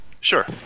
Sure